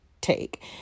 take